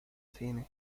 cine